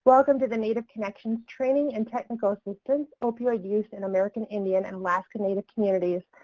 welcome to the native connections training and technical assistance, opioid use in american indian and alaskan native communities.